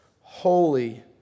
holy